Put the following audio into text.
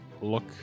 look